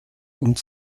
und